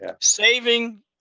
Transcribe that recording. saving